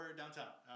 downtown